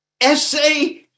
Essay